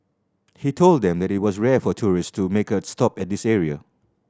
he told them that it was rare for tourist to make a stop at this area